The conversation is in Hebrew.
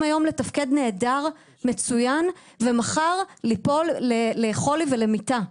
היום לתפקד נהדר ומצוין ומחר ליפול לחולי ולמיטה.